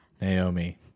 naomi